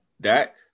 Dak